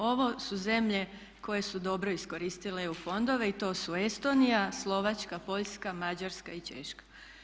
Ovo su zemlje koje su dobro iskoristile EU fondove i to su Estonija, Slovačka, Poljska, Mađarska i Češka.